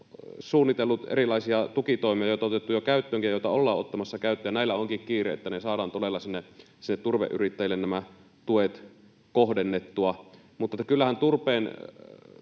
suunnitellut erilaisia tukitoimia, joita on otettu jo käyttöönkin ja joita ollaan ottamassa käyttöön, ja sillä onkin kiire, että saadaan todella sinne turveyrittäjille nämä tuet kohdennettua. Kyllähän turve